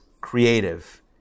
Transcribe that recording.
creative